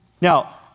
Now